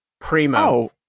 Primo